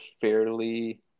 fairly